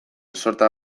sorta